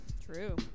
True